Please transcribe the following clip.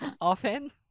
Often